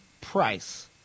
price